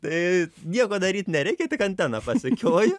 tai nieko daryt nereikia tik anteną pasukioju